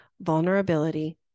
vulnerability